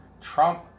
Trump